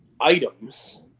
items